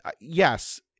yes